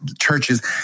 churches